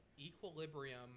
equilibrium